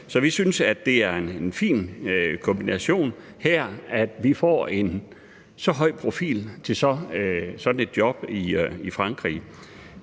Så vi synes, det er en fin kombination her, at vi får en med så høj en profil til sådan et job i Frankrig.